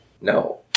No